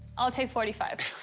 i'll take forty five.